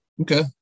Okay